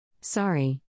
Sorry